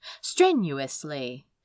strenuously